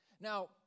Now